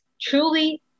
Truly